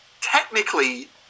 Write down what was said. technically